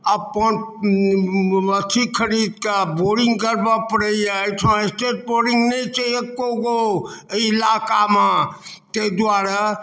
अप्पन अथी खरीद के बोरिङ्ग गड़बऽ पड़ैये अइ ठाँ स्टेट बोरिङ्ग नै छै एक्को गो अइ इलाकामऽ तै दुआरे